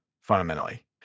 fundamentally